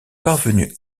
parvenu